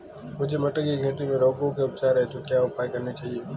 मुझे मटर की खेती में रोगों के उपचार हेतु क्या उपाय करने चाहिए?